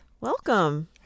welcome